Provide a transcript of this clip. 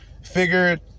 Figured